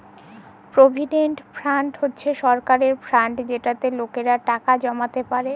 provident fund হচ্ছে সরকারের fund যেটাতে লোকেরা টাকা জমাতে পারে